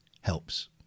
helps